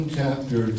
Chapter